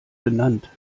benannt